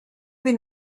been